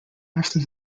after